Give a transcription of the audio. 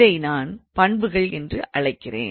இதை நான் பண்புகள் என்று அழைக்கிறேன்